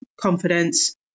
confidence